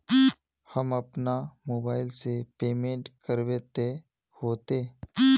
हम अपना मोबाईल से पेमेंट करबे ते होते?